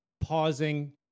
pausing